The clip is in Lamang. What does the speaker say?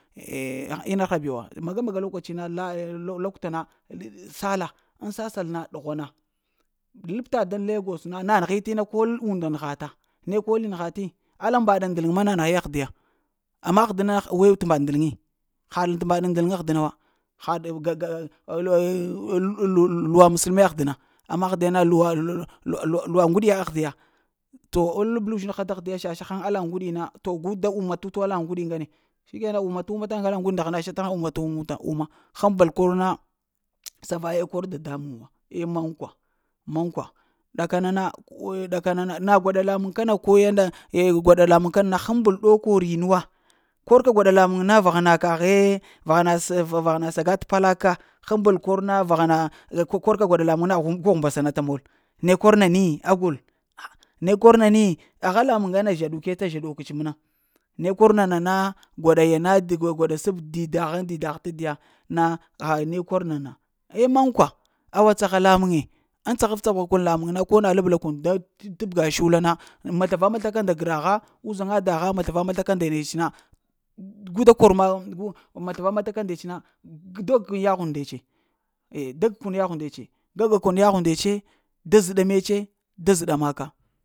Eh mar ha bewa, maga-maga lokuri lokuta sala ŋ sasal na ɗughwana labtal ndan legos na, nanihi ina kol unda nghata, ne koli nghati alla mbaɗan ndəl ma nanighi ahdiya we e mbaɗa ndəŋi, haɗ t'mbaɗa ndel ahdina wa, haɗ ga-ga a lo-lo luwa masalme ahdina, amma ahdena lu-lo luwa ŋguɗiye ahdiya. To ŋ lebla uzhiŋha dahdiya shasha alla ŋguɗina to gu da wuma tuta alla ŋguɗi ŋgane shikena wumatu wuma alla nguɗina nda hana shatenha wumatu-wuma həm bol korna sa vaye kor dadamuŋ wa eh mankwa mankwa. Ɗaka na na ɗakana na, na gwaɗa lamuŋ kana ko yanda eh gwaɗ lamuŋ kanana həm bol ɗow korina wa, kor ka gwaɗa lamuŋ na vahana kahe, vahana kahe vahana saga t’ palak ka, həmbol kor na vahana, kor ka gwaɗa lamuŋ na gu gu həmbəesa nata mol ne kor nani agol ah ne kor nani? Gha lamuŋ ŋgane zhaɗuke ta zhaɗuk ce mna. Ne kor nana na gwaɗa yana gwaɗa saɓ didaha didah tadiya na a ne kor nana, eh mankwa, awa caha lamuŋge ŋ tsahab tsaha kun lamuŋ na ko na labla kun da tabga shula na, masla-va-masla nda graha uzaŋa daha masla-va-masla ndets na gu da kor ma, ah masla-va-masla ndets na a da gke yaghwe ndetse a da gkun yaghwe ndetse gagakun yaghwe ndece na da zəɗa maka da zəɗa mece